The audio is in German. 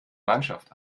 mannschaft